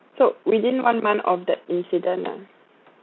so within one month of the incident lah